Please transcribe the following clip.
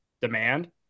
demand